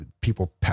people